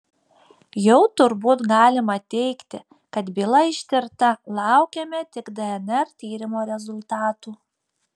jau turbūt galima teigti kad byla ištirta laukiame tik dnr tyrimo rezultatų